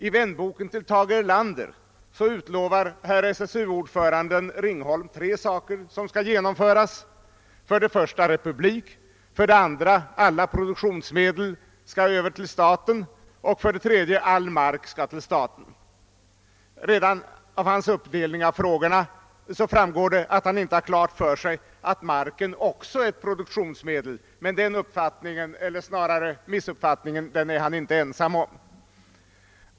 I vänboken till Tage Erlander utlovar SSU-ordföranden Ringholm tre saker som skall genomföras, nämligen 2. alla produktionsmedel skall överföras till staten, Redan av denna uppdelning av frågorna framgår att han inte har klart för sig att marken också är ett produktionsmedel, men den uppfattningen, eller snarare missuppfattningen, är han inte ensam om.